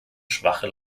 schwache